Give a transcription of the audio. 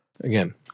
Again